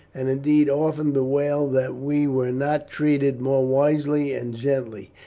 and indeed often bewailed that we were not treated more wisely and gently,